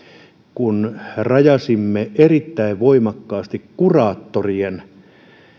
kun rajasimme erittäin voimakkaasti kuraattorien